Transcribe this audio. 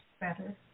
better